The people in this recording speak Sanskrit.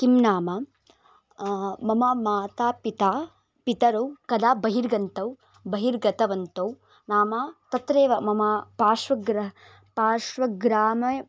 किं नाम मम माता पिता पितरौ कदा बहिर्गन्तौ बहिर्गतवन्तौ नाम तत्रैव मम पार्श्वः ग्र पार्श्वग्रामे